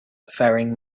faring